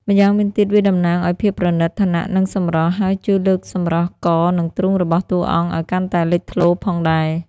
ម្យ៉ាងវិញទៀតវាតំណាងឲ្យភាពប្រណីត ឋានៈ និងសម្រស់ ហើយជួយលើកសម្រស់ក និងទ្រូងរបស់តួអង្គឲ្យកាន់តែលេចធ្លោផងដែរ។